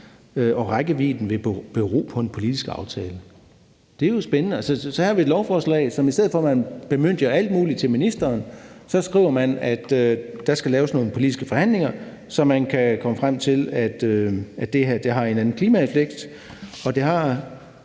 at rækkevidden vil bero på en politisk aftale. Det er jo spændende. Altså, så vi har et lovforslag, hvori man, i stedet for at man bemyndiger alt muligt til ministeren, skriver, at der skal være nogle politiske forhandlinger, så man kan komme frem til, at det her har en eller anden klimaeffekt. Det har